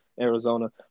Arizona